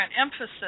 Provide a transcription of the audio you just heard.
emphasis